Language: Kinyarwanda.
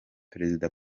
perezida